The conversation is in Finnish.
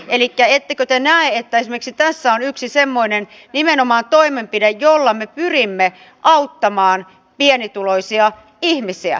elikkä ettekö te näe että esimerkiksi nimenomaan tässä on yksi semmoinen toimenpide jolla me pyrimme auttamaan pienituloisia ihmisiä